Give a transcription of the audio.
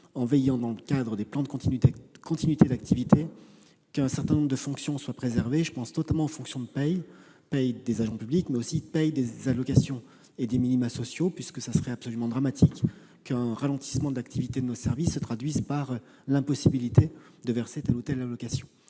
utile, dans le cadre des plans de continuité d'activité, à ce qu'un certain nombre de fonctions soient préservées : je pense notamment aux fonctions de paye, notamment des agents publics, mais aussi des allocations et des minima sociaux. En effet, il serait absolument dramatique qu'un ralentissement de l'activité de nos services se traduise par l'impossibilité de verser telle ou telle allocation.